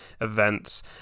events